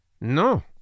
no